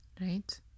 right